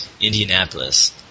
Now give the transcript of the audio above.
Indianapolis